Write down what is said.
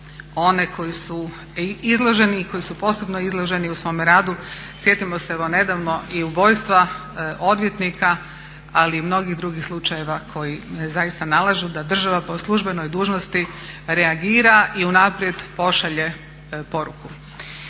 one koji su izloženi i koji su posebno izloženi u svome radu. Sjetimo se evo nedavno i ubojstva odvjetnika, ali i mnogih drugih slučajeva koji zaista nalažu da država po službenoj dužnosti reagira i unaprijed pošalje poruku.